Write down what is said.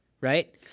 Right